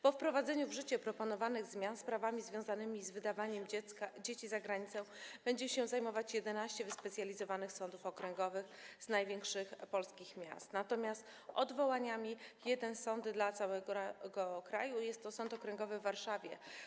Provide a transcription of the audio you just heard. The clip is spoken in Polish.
Po wprowadzeniu w życie proponowanych zmian sprawami związanymi z wydawaniem dzieci za granicę będzie się zajmować 11 wyspecjalizowanych sądów okręgowych z największych polskich miast, natomiast odwołaniami - jeden sąd dla całego kraju, jest to Sąd Okręgowy w Warszawie.